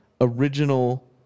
original